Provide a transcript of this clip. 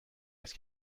است